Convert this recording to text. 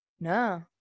No